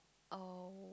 oh